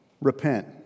Repent